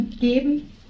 geben